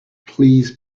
please